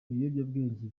ibiyobyabwenge